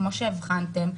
כמו שהבחנתם,